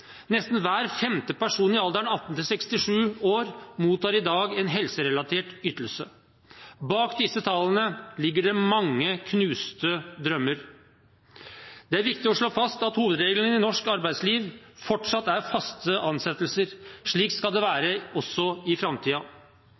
Nesten hver femte person i alderen 18–67 år mottar i dag en helserelatert ytelse. Bak disse tallene ligger det mange knuste drømmer. Det er viktig å slå fast at hovedregelen i norsk arbeidsliv fortsatt er faste ansettelser. Slik skal det være også i